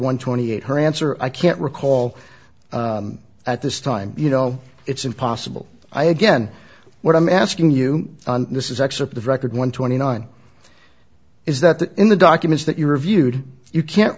one twenty eight her answer i can't recall at this time you know it's impossible i again what i'm asking you this is excerpt of record one twenty nine is that in the documents that you reviewed you can't